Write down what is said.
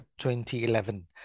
2011